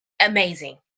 amazing